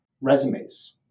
resumes